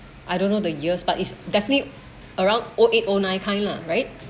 I don't know the years but it's definitely around O eight O nine time lah right